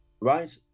right